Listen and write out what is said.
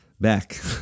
back